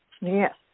Yes